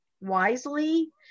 wisely